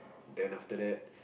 then after that